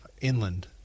inland